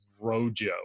Rojo